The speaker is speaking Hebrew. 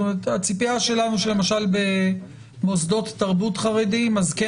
הציפייה שלנו שלמשל במוסדות תרבות חרדיים אז כן